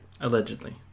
Allegedly